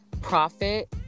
profit